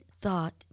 thought